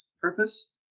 purpose